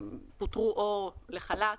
פוטרו או נשלחו לחל"ת.